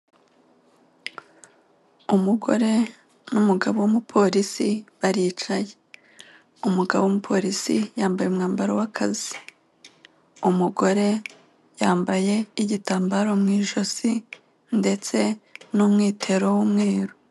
Umugore n'umugabo w'umupolisi baricaye. Umugabo w'umumupolisi yambaye umwambaro w'akazi, umugore yambaye igitambaro mu ijosi ndetse n'umwitero w'umweru.